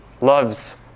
loves